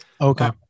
Okay